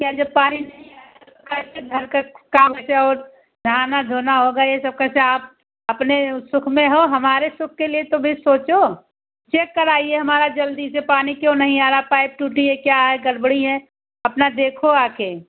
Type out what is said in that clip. क्या जब पानी नहीं आएगा तो कैसे घर का काम कैसे और नहाना धोना होगा ये सब कैसे आप अपने ओ सुख में हो हमारे सुख के लिए तो भी सोचो चेक कराइए हमारा जल्दी से पानी क्यों नहीं आ रहा पाइप टूटी है क्या है गड़बड़ी है अपना देखो आकर